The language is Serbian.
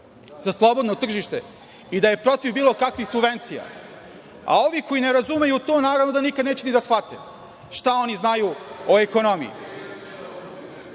za slobodno tržište i da je protiv bilo kakvih subvencija, a ovi koji ne razumeju to, naravno da nikada neće da shvate šta oni znaju o ekonomiji. Suštinski